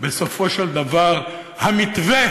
בסופו של דבר המתווה,